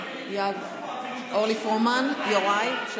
אורלי פרומן, יוראי.